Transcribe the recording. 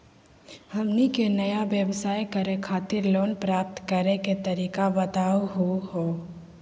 हमनी के नया व्यवसाय करै खातिर लोन प्राप्त करै के तरीका बताहु हो?